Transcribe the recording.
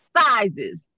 sizes